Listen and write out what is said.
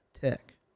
Tech